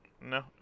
No